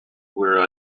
were